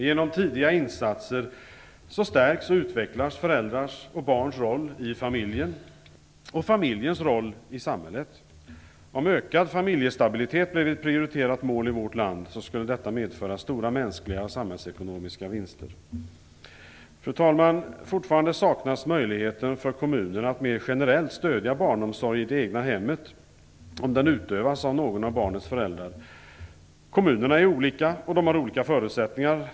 Genom tidiga insatser stärks och utvecklas föräldrars och barns roll i familjen och familjens roll i samhället. Om ökad familjestabilitet blev ett prioriterat mål i vårt land skulle detta medföra stora mänskliga och samhällsekonomiska vinster. Fru talman! Fortfarande saknas möjligheten för kommunerna att mer generellt stödja barnomsorg i det egna hemmet om den utövas av någon av barnets föräldrar. Kommunerna är olika och de har olika förutsättningar.